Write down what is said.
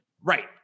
Right